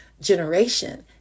generation